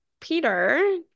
Peter